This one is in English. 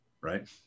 right